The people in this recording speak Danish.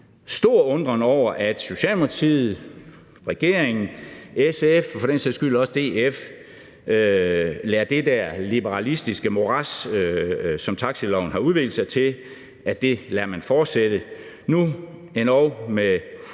stor undren over, at Socialdemokratiet, regeringen, SF og for den sags skyld også DF lader det der liberalistiske morads, som taxiloven har udviklet sig til, fortsætte, nu endog med